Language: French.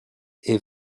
est